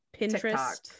Pinterest